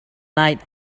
night